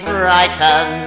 Brighton